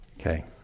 Okay